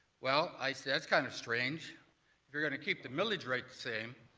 well, i said, that's kind of strange. if you're going to keep the millage rate the same,